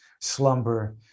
slumber